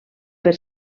per